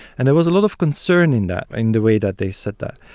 and there was a lot of concern in that, in the way that they said that.